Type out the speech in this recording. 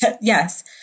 Yes